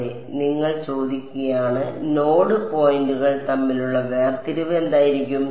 അതെ നിങ്ങൾ ചോദിക്കുകയാണ് നോഡ് പോയിന്റുകൾ തമ്മിലുള്ള വേർതിരിവ് എന്തായിരിക്കണം